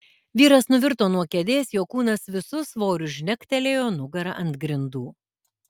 vyras nuvirto nuo kėdės jo kūnas visu svoriu žnektelėjo nugara ant grindų